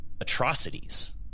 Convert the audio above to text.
atrocities